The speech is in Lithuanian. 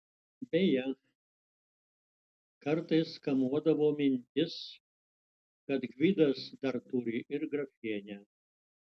beje kartais kamuodavo mintis kad gvidas dar turi ir grafienę